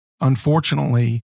Unfortunately